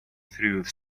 through